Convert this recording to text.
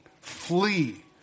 Flee